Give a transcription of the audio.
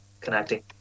connecting